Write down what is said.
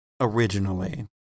originally